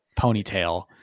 ponytail